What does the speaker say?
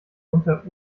unter